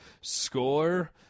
score